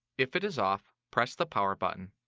if it is off, press the power button.